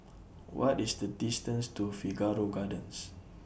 What IS The distance to Figaro Gardens